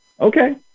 Okay